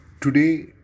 Today